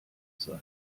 sein